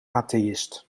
atheïst